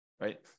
right